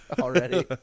already